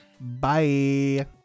Bye